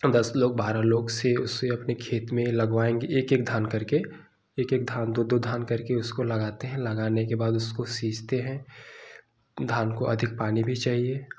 दस लोग बारह लोग से उसे अपने खेत में लगवाएँगे एक एक धान करके एक एक धान दो दो धान करके उसको लगाते हैं लगाने के बाद उसको सींचते हैं धान को अधिक पानी भी चाहिए